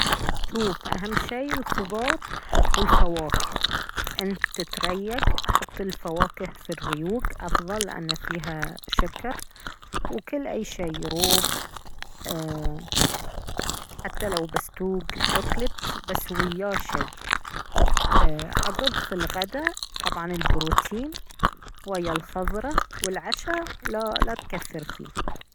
شوف اهم شي الخضار والفواكه انت تريق حط الفواكه في الريوق افضل لانه فيها شكر وكل اي شي روب ايه حتى لو بستوق شوكلت بس وياه شي ايه عقب في الغداء طبعا البروتين ويا الخضرة والعشاء لا لا تكثر فيه